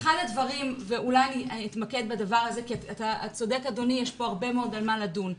צודק אדוני, יש כאן הרבה מאוד על מה לדון.